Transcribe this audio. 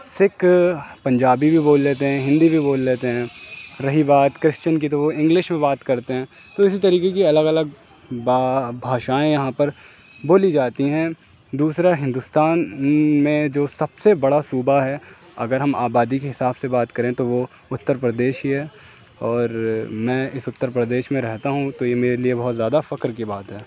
سکھ پنجابی بھی بول لیتے ہیں ہندی بھی بول لیتے ہیں رہی بات کرشچن کی تو وہ انگلش میں بات کرتے ہیں تو اسی طریقے کی الگ الگ با بھاشائیں یہاں پر بولی جاتیں ہیں دوسرا ہندوستان میں جو سب سے بڑا صوبہ ہے اگر ہم آبادی کے حساب سے بات کریں تو وہ اتر پردیش ہی ہے اور میں اس اتر پردیش میں رہتا ہوں تو یہ میرے لیے بہت زیادہ فخر کی بات ہے